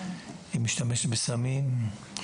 היא משתמשת בסמים,